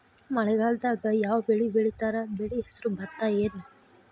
ಮಳೆಗಾಲದಾಗ್ ಯಾವ್ ಬೆಳಿ ಬೆಳಿತಾರ, ಬೆಳಿ ಹೆಸರು ಭತ್ತ ಏನ್?